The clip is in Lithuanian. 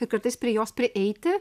ir kartais prie jos prieiti